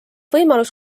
võimalus